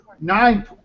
nine